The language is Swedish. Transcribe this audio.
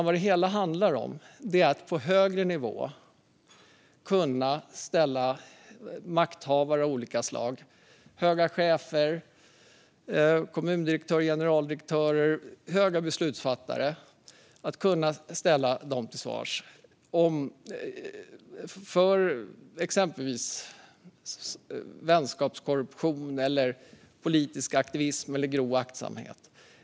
Vad det hela handlar om är att på högre nivå kunna ställa makthavare av olika slag, höga chefer, kommundirektörer, generaldirektörer och höga beslutsfattare till svars för exempelvis vänskapskorruption, politisk aktivism eller grov oaktsamhet.